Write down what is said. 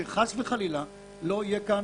שחס וחלילה לא תהיה כאן,